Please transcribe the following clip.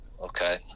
okay